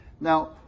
now